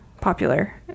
popular